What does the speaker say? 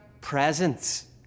Presents